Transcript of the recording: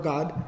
God